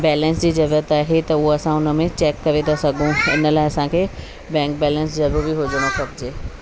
balance जी ज़रूरत आहे त उहो असां उन में चेक करे था सघूं हिन लाइ असांखे बैंक बैलेंस ज़रूरी हुजिणो खपिजे